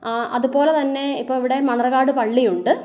ആ അത് പോലെ തന്നെ ഇപ്പോൾ ഇവിടെ മണ്ണർക്കാട് പള്ളി ഉണ്ട്